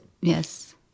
yes